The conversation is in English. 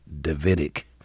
Davidic